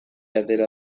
atera